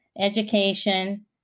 education